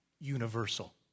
Universal